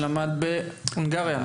שלמד בהונגריה,